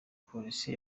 polisi